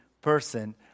person